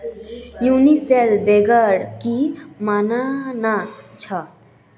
universal banker की मानना छ